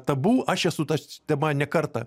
tabu aš esu ta tema ne kartą